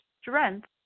strength